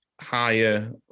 higher